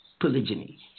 polygyny